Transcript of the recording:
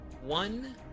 one